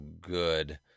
good